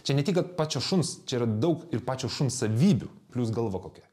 čia ne tik kad pačio šuns čia yra daug ir pačio šuns savybių plius galva kokia